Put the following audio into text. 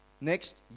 Next